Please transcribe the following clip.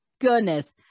goodness